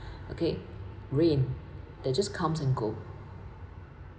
okay rain they just comes and go